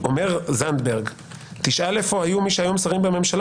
אומר זנדברג: תשאל איפה היו מי שהיום שרים בממשלה,